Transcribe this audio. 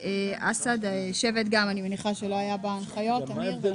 ואסד (שבט), גם אני מניחה שלא היה בהנחיות, אמיר?